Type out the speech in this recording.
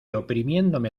oprimiéndome